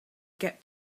get